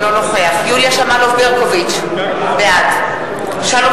אינו נוכח יוליה שמאלוב-ברקוביץ, בעד שלום